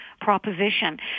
proposition